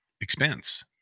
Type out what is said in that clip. expense